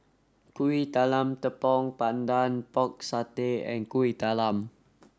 Kuih Talam Tepong Pandan Pork Satay and Kueh Talam